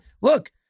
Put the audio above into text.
Look